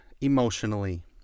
emotionally